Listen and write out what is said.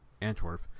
Antwerp